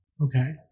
Okay